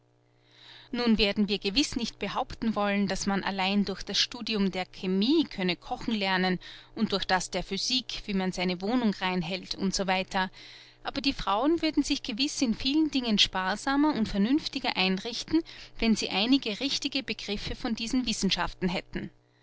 nun werden wir gewiß nicht behaupten wollen daß man allein durch das studium der chemie könne kochen lernen und durch das der physik wie man seine wohnung rein hält u s w aber die frauen würden sich gewiß in vielen dingen sparsamer und vernünftiger einrichten wenn sie einige richtige begriffe von diesen wissenschaften hätten